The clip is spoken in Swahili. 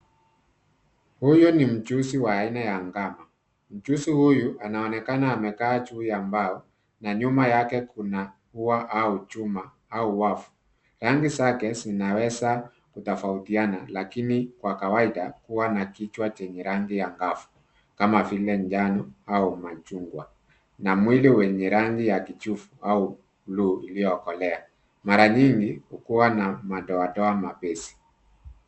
Huyu ni mjusi wa aina ya ngano. Mjusi huyu anaonekana amekaa juu ya mbao na nyuma yake kuna ua au chuma au wavu. Rangi zake zinaweza kutofautiana lakini kwa kawaida huwa na kichwa chenye rangi angavu kama vile njano au machungwa na mwili wenye rangi ya kijivu au bluu iliokolea. Mara nyingi hukua na madoadoa mepesi.